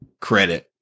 credit